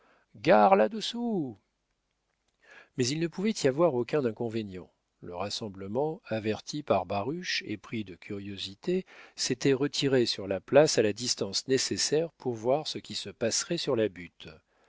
gare là-dessous mais il ne pouvait y avoir aucun inconvénient le rassemblement averti par baruch et pris de curiosité s'était retiré sur la place à la distance nécessaire pour voir ce qui se passerait sur la butte